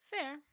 fair